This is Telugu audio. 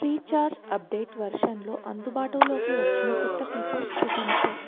ఫ్రీఛార్జ్ అప్డేట్ వెర్షన్లో అందుబాటులోకి వచ్చిన కొత్త ఫీచర్స్ చూపించు